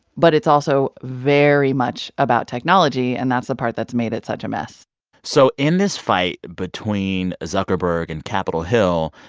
but it's also very much about technology. and that's the part that's made it such a mess so in this fight between zuckerberg and capitol hill,